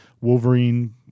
Wolverine